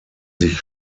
sich